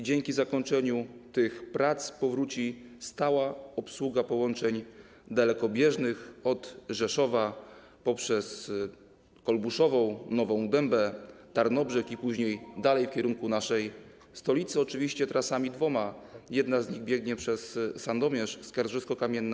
Dzięki zakończeniu tych prac powróci stała obsługa połączeń dalekobieżnych od Rzeszowa poprzez Kolbuszową, Nową Dębę, Tarnobrzeg i później dalej w kierunku naszej stolicy, oczywiście dwoma trasami, jedna z nich biegnie przez Sandomierz, Skarżysko-Kamienną,